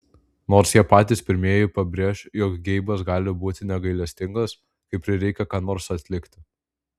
nors jie patys pirmieji pabrėš jog geibas gali būti negailestingas kai prireikia ką nors atlikti